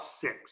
six